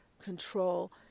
control